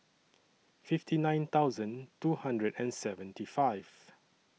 fifty nine thousand two hundred and seventy five